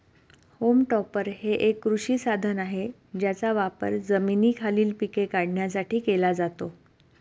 home टॉपर हे एक कृषी साधन आहे ज्याचा वापर जमिनीखालील पिके काढण्यासाठी केला जातो